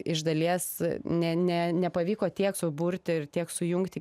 iš dalies ne ne nepavyko tiek suburti ir tiek sujungti